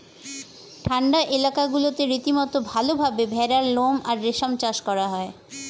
ঠান্ডা এলাকাগুলোতে রীতিমতো ভালভাবে ভেড়ার লোম আর রেশম চাষ করা হয়